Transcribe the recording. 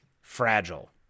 Fragile